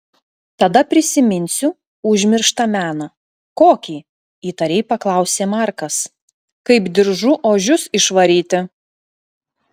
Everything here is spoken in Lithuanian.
tada prisiminsiu užmirštą meną kokį įtariai paklausė markas kaip diržu ožius išvaryti